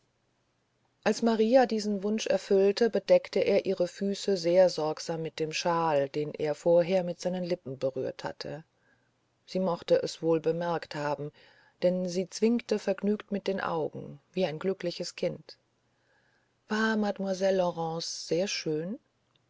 als maria diesen wunsch erfüllte bedeckte er ihre füße sehr sorgsam mit dem schal den er vorher mit seinen lippen berührt hatte sie mochte es wohl bemerkt haben denn sie zwinkte vergnügt mit den augen wie ein glückliches kind war mademoiselle laurence sehr schön